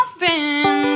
Open